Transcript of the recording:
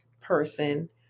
person